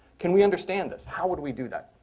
can we understand this? how would we do that?